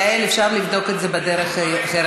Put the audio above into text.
יעל, אפשר לבדוק את זה בדרך אחרת.